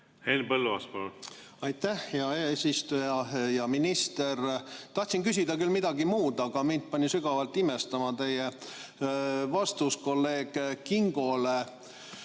Henn Põlluaas, palun! Aitäh, hea eesistuja! Hea minister! Tahtsin küsida küll midagi muud, aga mind pani sügavalt imestama teie vastus kolleeg Kingole,